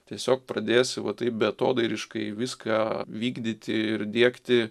tiesiog pradėsi va taip beatodairiškai viską vykdyti ir diegti